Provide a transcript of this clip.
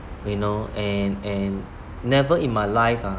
you know and and never in my life ah